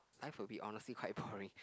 life a bit honestly quite boring